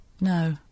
No